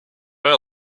were